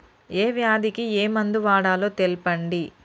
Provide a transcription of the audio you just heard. ఏ వ్యాధి కి ఏ మందు వాడాలో తెల్పండి?